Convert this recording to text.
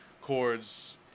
chords